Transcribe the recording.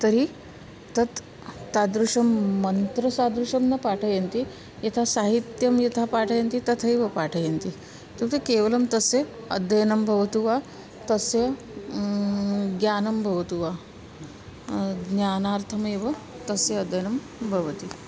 तर्हि तत् तादृशं मन्त्रसदृशं न पाठयन्ति यथा साहित्यं यथा पाठयन्ति तथैव पाठयन्ति इत्युक्ते केवलं तस्य अध्ययनं भवतु वा तस्य ज्ञानं भवतु वा ज्ञानार्थमेव तस्य अध्ययनं भवति